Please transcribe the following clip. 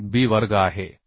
3b वर्ग आहे